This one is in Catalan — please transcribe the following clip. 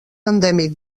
endèmic